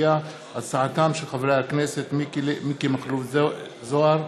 של חברי הכנסת מיקי מכלוף זוהר,